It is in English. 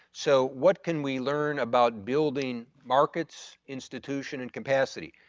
so what can we learn about building markets, institution, and capacity,